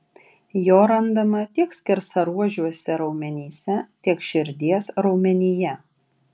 jo randama tiek skersaruožiuose raumenyse tiek širdies raumenyje